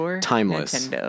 timeless